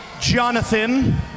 Jonathan